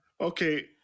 Okay